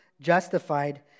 justified